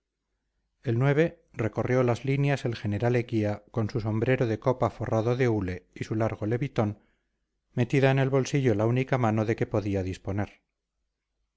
el recorrió las líneas el general eguía con su sombrero de copa forrado de hule y su largo levitón metida en el bolsillo la única mano de que podía disponer